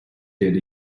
ted